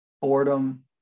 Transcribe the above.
boredom